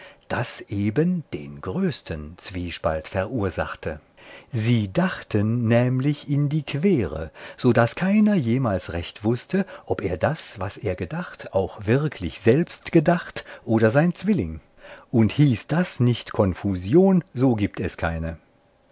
das eben den größten zwiespalt verursachte sie dachten nämlich in die quere so daß keiner jemals recht wußte ob er das was er gedacht auch wirklich selbst gedacht oder sein zwilling und heißt das nicht konfusion so gibt es keine